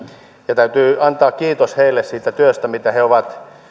ja täytyy antaa kiitos heille siitä työstä mitä he ovat